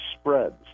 spreads